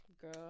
girl